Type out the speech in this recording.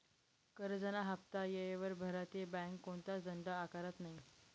करजंना हाफ्ता येयवर भरा ते बँक कोणताच दंड आकारत नै